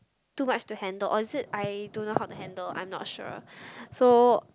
too much to handle or is it I don't know how to handle I'm not sure so